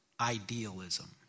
idealism